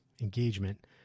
engagement